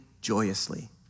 joyously